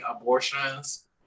abortions